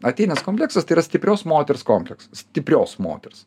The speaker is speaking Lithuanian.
atėnės kompleksas tai yra stiprios moters kompleksas stiprios moters